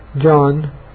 John